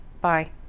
bye